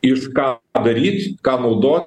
iš ką daryt ką naudot